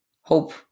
hope